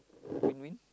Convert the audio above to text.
win win